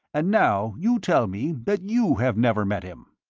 and now you tell me that you have never met him.